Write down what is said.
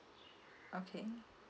okay